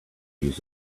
use